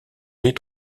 les